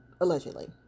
allegedly